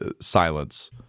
silence